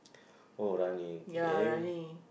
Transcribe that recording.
oh running eh